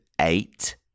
eight